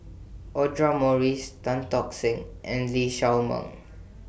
Audra Morrice Tan Tock Seng and Lee Shao Meng